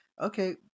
okay